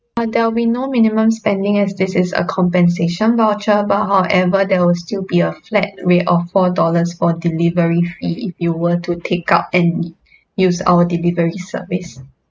uh there'll be no minimum spending as this is a compensation voucher but however there will still be a flat rate of four dollars for delivery fee if you were to take up and use our delivery service